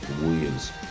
Williams